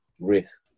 risk